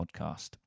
podcast